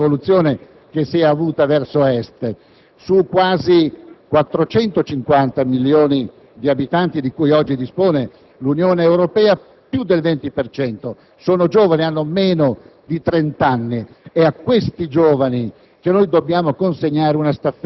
coerenza anche con l'ultima evoluzione che si è avuta verso Est. Su quasi 450 milioni di abitanti di cui oggi dispone l'Unione Europea, più del 20 per cento sono giovani e hanno meno di 30 anni. È a questi che